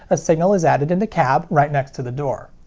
a signal is added in the cab, right next to the door.